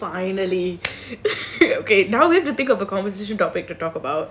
okay finally okay now we have to think of a conversation topic to talk about